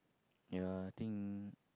ya I think